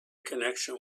connection